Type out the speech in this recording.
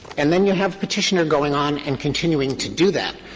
and then you have petitioner going on and continuing to do that.